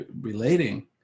relating